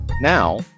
Now